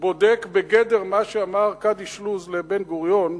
בודק בגדר מה שאמר קדיש לוז לבן-גוריון,